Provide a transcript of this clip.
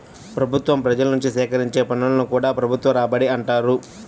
ప్రభుత్వం ప్రజల నుంచి సేకరించే పన్నులను కూడా ప్రభుత్వ రాబడి అనే అంటారు